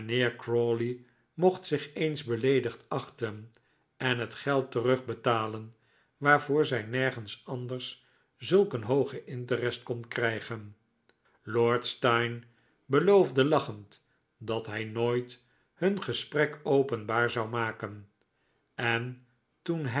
mijnheer crawley mocht zich eens beleedigd achten en het geld terugbetalen waarvoor zij nergens anders zulk een hoogen interest kon krijgen lord steyne beloofde lachend dat hij nooit hun gesprek openbaar zou maken en toen hij